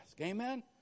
Amen